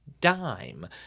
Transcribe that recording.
dime